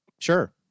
Sure